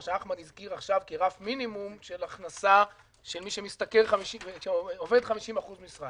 מה שאחמד הזכיר עכשיו כרף מינימום של הכנסה של מי שעובד ב-50% משרה?